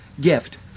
gift